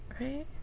right